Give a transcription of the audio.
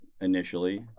initially